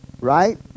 Right